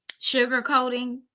sugarcoating